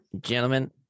Gentlemen